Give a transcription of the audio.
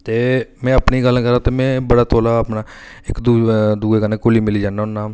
ते में अपनी गल्ल करां ते में बड़ा तौला अपना इक दूए कन्नै घुली मिली जन्ना होन्ना